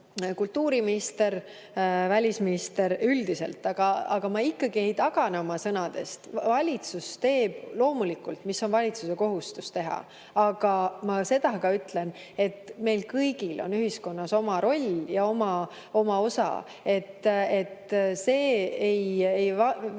kultuuriminister või välisminister üldiselt. Ja ma ikkagi ei tagane oma sõnadest. Valitsus teeb loomulikult seda, mis on valitsuse kohustus teha. Aga ma ütlen ka seda, et meil kõigil on ühiskonnas oma roll, oma osa. See[, mida